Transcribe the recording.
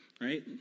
right